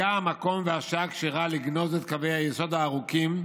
היה המקום והשעה כשרה לגנוז את קווי היסוד הארוכים,